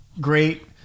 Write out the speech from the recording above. great